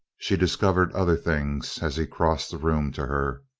she discovered other things as he crossed the room to her.